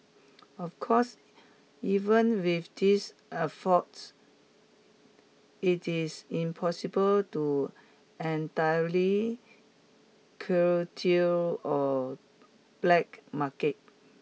of course even with these it is impossible to entirely curtail a black market